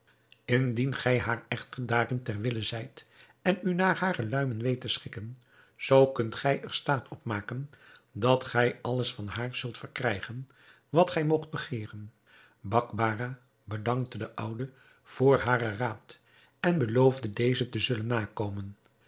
indien gij haar echter daarin ter wille zijt en u naar hare luimen weet te schikken zoo kunt gij er staat op maken dat gij alles van haar zult verkrijgen wat gij moogt begeeren bakbarah bedankte de oude voor haren raad en beloofde deze te zullen nakomen